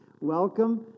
Welcome